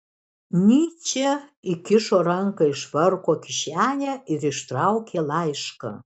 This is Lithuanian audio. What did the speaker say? nyčė įkišo ranką į švarko kišenę ir ištraukė laišką